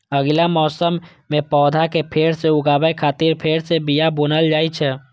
अगिला मौसम मे पौधा कें फेर सं उगाबै खातिर फेर सं बिया बुनल जाइ छै